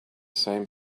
same